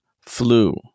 flu